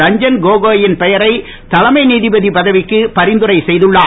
ரஞ்சன் கோகோயின் பெயரை தலைமை நீதிபதி பதவிக்கு பரிந்துரை செய்துள்ளார்